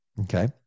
Okay